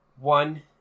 One